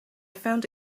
found